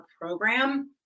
program